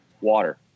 water